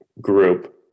group